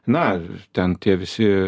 na ten tie visi